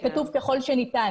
צמד המלים האלה "ככל שניתן",